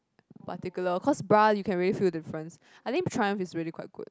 particular cause bra you can really feel difference I think Triumph is really quite good